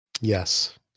Yes